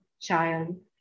child